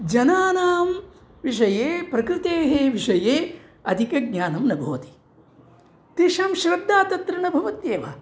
जनानां विषये प्रकृतेः विषये अधिकज्ञानं न भवति तेषां श्रद्दा तत्र न भवत्येव